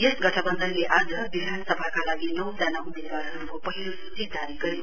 यस गठवन्धनले आज विधानसभाका लागि नौ जना उम्मेदवारहरुको पहिलो सूची जारी गर्यो